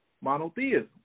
Monotheism